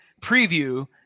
preview